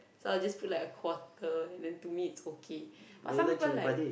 so I'll just put like a quarter and then to me it's okay but some people like